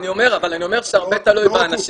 אבל אני אומר שזה הרבה תלוי באנשים,